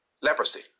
leprosy